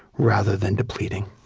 rather than depleting